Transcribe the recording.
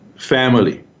Family